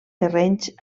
terrenys